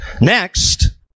Next